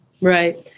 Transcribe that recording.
Right